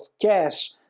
cash